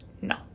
No